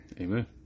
Amen